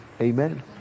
amen